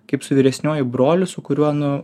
kaip su vyresniuoju broliu su kuriuo nu